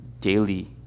daily